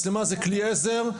מצלמה זה כלי עזר,